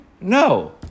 No